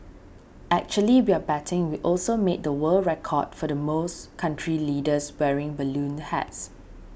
actually we're betting we also made the world record for the most country leaders wearing balloon hats